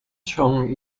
chong